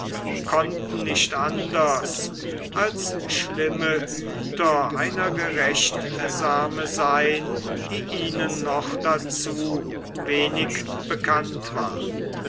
konnten nicht anders als schlimme hüter einer gerechtsame sein die ihnen noch dazu wenig bekannt war